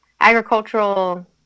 agricultural